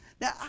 Now